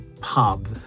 pub